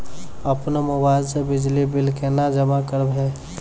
अपनो मोबाइल से बिजली बिल केना जमा करभै?